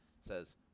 says